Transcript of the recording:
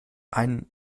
einen